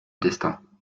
destin